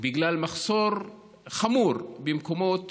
בגלל מחסור חמור במקומות